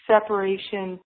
separation